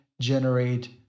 generate